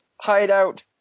hideout